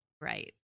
Right